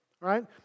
right